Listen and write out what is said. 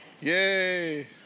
Yay